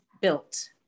built